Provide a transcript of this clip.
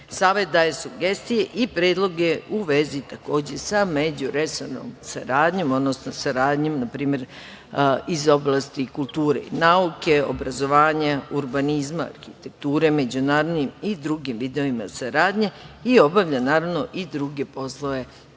Savet daje sugestije i predloge u vezi takođe sa međuresornom saradnjom, odnosno saradnjom, na primer iz oblasti kulture i nauke, obrazovanja, urbanizma, arhitekture, međunarodnim i drugim vidovima saradnje i obavlja naravno i druge poslove